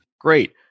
great